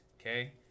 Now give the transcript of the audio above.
okay